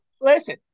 listen